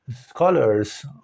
Scholars